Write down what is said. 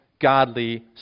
godly